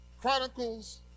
Chronicles